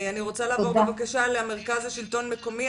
אני רוצה לעבור בבקשה למרכז לשלטון מקומי.